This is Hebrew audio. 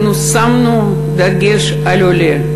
אנחנו שמנו דגש על העולה,